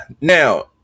now